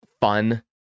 fun